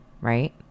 right